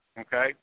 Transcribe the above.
Okay